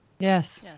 Yes